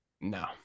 no